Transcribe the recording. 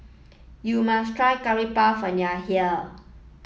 you must try Curry Puff when you are here